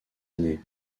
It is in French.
années